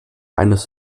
eines